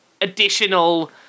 additional